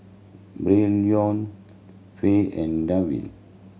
Braylon Fay and Dwain